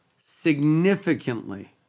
significantly